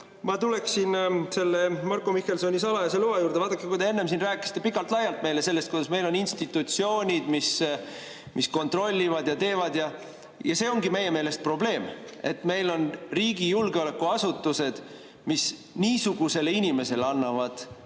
Ma tuleksin selle Marko Mihkelsoni salajase [info] loa juurde. Vaadake, kui te enne rääkisite pikalt-laialt meile sellest, kuidas meil on institutsioonid, kes kontrollivad ja teevad. See ongi meie meelest probleem, et meil on riigi julgeolekuasutused, mis niisugusele inimesele annavad kõige